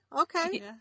okay